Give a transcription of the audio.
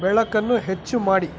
ಬೆಳಕನ್ನು ಹೆಚ್ಚು ಮಾಡಿ